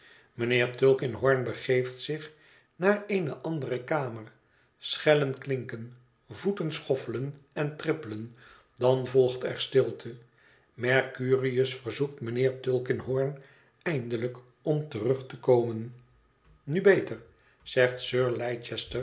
mijnheer tulkinghorn begeeft zich naar eene andere kamer schellen klinken voeten schoffelen en trippelen dan volgt er stilte mercurius verzoekt mijnheer tulkinghorn eindelijk om terug te komen nu beter zegt